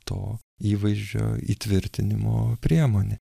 to įvaizdžio įtvirtinimo priemonė